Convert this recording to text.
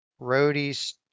roadies